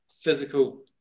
physical